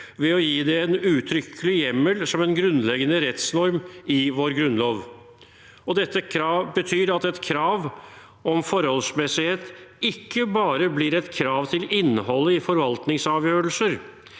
ved å gi det en uttrykkelig hjemmel som en grunnleggende rettsnorm i vår grunnlov. Dette betyr at et krav om forholdsmessighet ikke bare blir et krav til innholdet i forvaltningsavgjørelser,